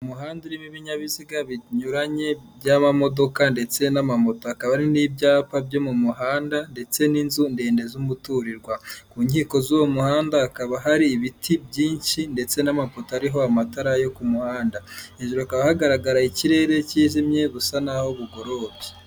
Umuhanda urimo ibinyabiziga binyuranye by'amamodoka ndetse n'amamoto hakaba hari n'ibyapa byo mu muhanda ndetse n'inzu ndende z'umuturirwa, ku nkiko z'uwo muhanda hakaba hari ibiti byinshi ndetse n'amafoto ariho amatara yo ku muhanda, hejuru hakaba hagaragaye ikirere kijimye busa n'aho bugorobye.